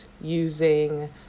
using